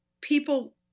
people